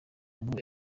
ngo